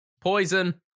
poison